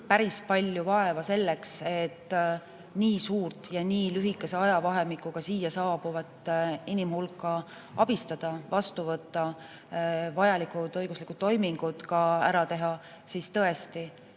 päris palju vaeva selleks, et nii suurt ja nii lühikese ajavahemikuga siia saabuvat inimhulka abistada, vastu võtta, ka vajalikud õiguslikud toimingud ära teha. Tõesti,